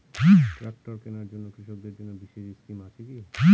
Tractor কেনার জন্য কৃষকদের জন্য বিশেষ স্কিম আছে কি?